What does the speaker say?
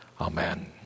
Amen